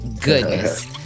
Goodness